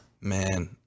man